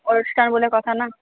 অনুষ্ঠান বলে কথা না